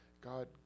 God